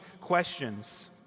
questions